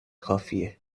کافیه